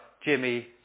Jimmy